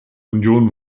union